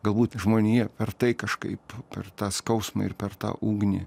galbūt žmonija per tai kažkaip per tą skausmą ir per tą ugnį